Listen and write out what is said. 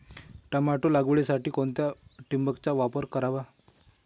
Tomato लागवडीसाठी कोणत्या ठिबकचा वापर करावा?